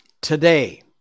today